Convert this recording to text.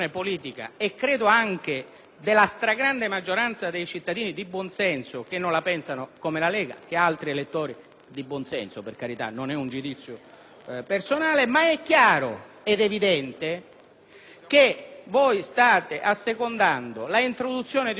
di buon senso (per carità, non è un giudizio sulle persone). È però chiaro ed evidente che voi state assecondando l'introduzione di una norma odiosa, ipocrita ed inutile. Odiosa perché è un modo